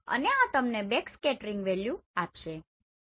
અને આ તમને બેકસ્કેટરિંગ વેલ્યુ આપશે બરોબર